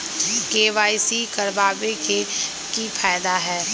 KYC करवाबे के कि फायदा है?